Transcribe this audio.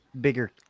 bigger